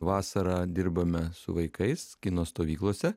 vasarą dirbame su vaikais kino stovyklose